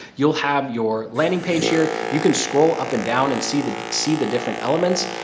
you'll have your landing page here you can scroll up and down and see the see the different elements.